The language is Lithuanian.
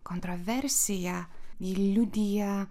kontroversija ji liudija